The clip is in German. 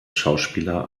schauspieler